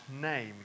name